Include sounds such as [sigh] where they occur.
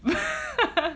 [laughs]